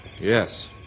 yes